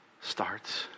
starts